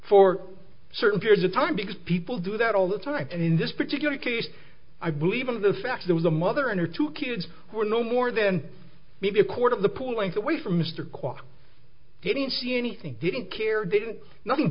for certain periods of time because people do that all the time and in this particular case i believe in the fact there was a mother and her two kids who were no more than maybe a quarter of the pool length away from mr kwok didn't see anything didn't care